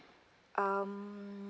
um